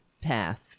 path